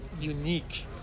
unique